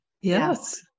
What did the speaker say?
Yes